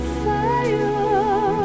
fire